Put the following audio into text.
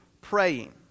praying